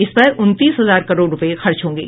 इस पर उनतीस हजार करोड़ रुपये खर्च होंगे